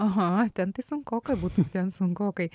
aha ten tai sunkoka būtų ten sunkokai